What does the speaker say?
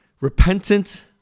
repentant